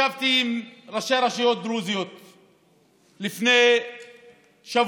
ישבתי עם ראשי רשויות דרוזיות לפני שבוע,